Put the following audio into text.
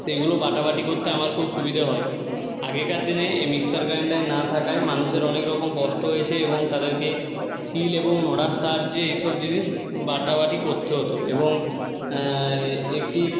সেইগুলো বাটাবাটি করতে আমার খুব সুবিধে হয় আগেকার দিনে এই মিক্সার গ্রাইন্ডার না থাকায় মানুষের অনেক রকম কষ্ট হয়েছে এবং তাদেরকে শিল এবং নোড়ার সাহায্যে এসব জিনিস বাটাবাটি করতে হতো এবং একটি